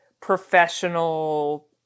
professional